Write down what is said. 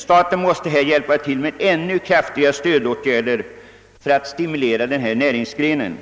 Staten måste hjälpa till med ännu kraftigare stödåtgärder för att stimulera den här näringsgrenen som turismen utgör.